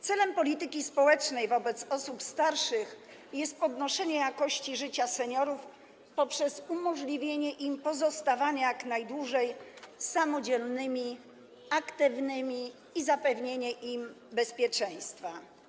Celem polityki społecznej wobec osób starszych jest podnoszenie jakości życia seniorów poprzez umożliwienie im pozostawania jak najdłużej samodzielnymi, aktywnymi i zapewnienie im bezpieczeństwa.